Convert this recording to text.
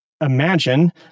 imagine